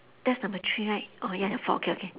that's number three right oh ya four okay okay